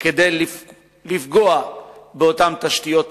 כדי לפגוע באותן תשתיות טרור,